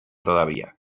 todavía